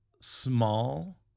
small